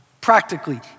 Practically